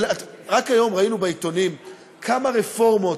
רק היום ראינו בעיתונים כמה רפורמות,